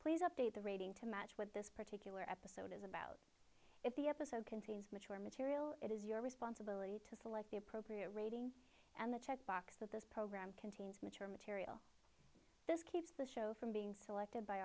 please update the reading to match what this particular episode is about if the episode contains mature material it is your responsibility to select the appropriate rating and the checkbox that this program can mature material this keeps the show from being selected by